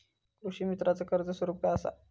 कृषीमित्राच कर्ज स्वरूप काय असा?